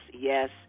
yes